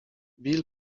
bill